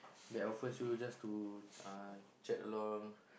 that offers you just to uh chat along